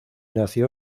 nació